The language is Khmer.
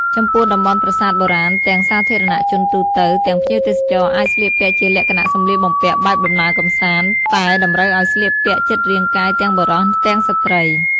ចំពោះតំបន់ប្រាសាទបុរាណទាំងសាធារណៈជនទូទៅ ទាំងភ្ញៀវទេសចរណ៍អាចស្លៀកពាក់ជាលក្ខណៈសម្លៀកបំពាក់បែបដំណើរកំសាន្ដ តែតម្រូវឲ្យស្លៀកពាក់ជិតរាងកាយទាំងបុរសទាំងស្រ្តី។